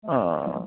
ও